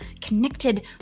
connected